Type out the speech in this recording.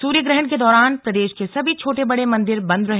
सुर्यग्रहण के दौरान प्रदेश के सभी छोटे बड़े मंदिर बंद रहे